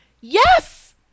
Yes